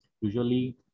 Usually